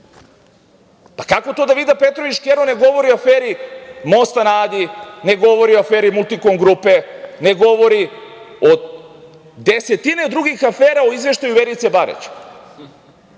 Kako to da Vida Petrović Škero, ne govori o aferi Mosta na Adi, ne govori o aferi Multikom grupe, ne govori o desetina drugih afera o izveštaju Verice Barać? Šta